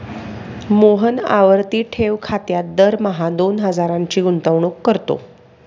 मोहन आवर्ती ठेव खात्यात दरमहा दोन हजारांची गुंतवणूक करतो